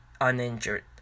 uninjured